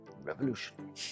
revolution